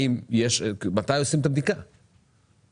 יש לכם כוונה לעשות בדיקה כזו?